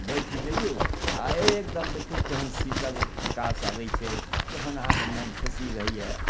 बैठ जइयौ आओर एकदम देखियौ केहन शीतल प्रकाश अबय छै केहन अहाँके मोन खुशी रहैये